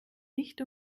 nicht